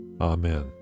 Amen